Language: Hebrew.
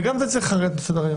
גם זה צריך לרדת מסדר-היום.